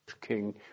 king